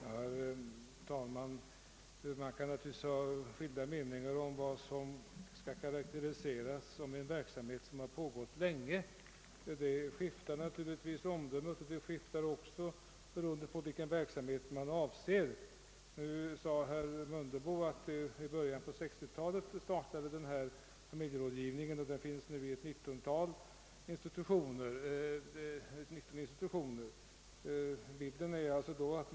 Herr talman! Man kan naturligtvis ha skilda meningar om vad som skall karakteriseras som en verksamhet som har pågått länge. Omdömena därom skiftar naturligtvis, och det är också beroende på vilken verksamhet man avser. Herr Mundebo sade att familjeråd givningen startade i början av 1960 talet och att det nu finns 19 sådana institutioner. Därav får man intrycket att det i början av 1960-talet startades 19 sådana institutioner.